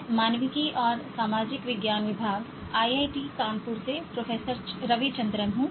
मैं मानविकी और सामाजिक विज्ञान विभाग आईआईटी कानपुर से प्रोफेसर रविचंद्रन हूं